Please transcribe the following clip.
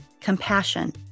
compassion